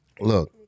Look